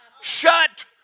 shut